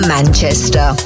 Manchester